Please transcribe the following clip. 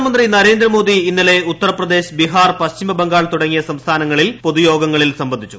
പ്രധാനമന്ത്രി നരേന്ദ്രമോദി ഇന്നലെ ഉത്തർപ്രദേശ് ബിഹാർ പശ്ചിമബംഗാൾ തുടങ്ങിയ സംസ്ഥാനങ്ങളിൽ പൊതുയോഗങ്ങ ളിൽ സംബന്ധിച്ചു